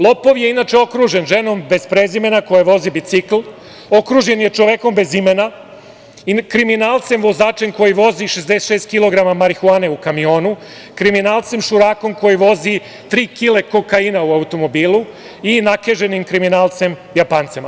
Lopov je inače okružen ženom bez prezimena koja vozi bicikl, okružen je čovekom bez imena i kriminalcem vozačem koji voz 66 kilograma marihuane u kamionu, kriminalcem šurakom koji vozi tri kile kokaina u automobilu i nakeženim kriminalcem Japancem.